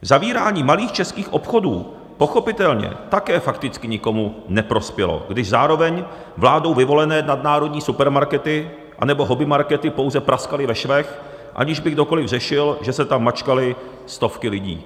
Zavírání malých českých obchodů pochopitelně také fakticky nikomu neprospělo, když zároveň vládou vyvolené nadnárodní supermarkety anebo hobbymarkety pouze praskaly ve švech, aniž by kdokoli řešil, že se tam mačkaly stovky lidí.